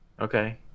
Okay